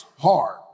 hard